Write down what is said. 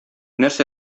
нәрсә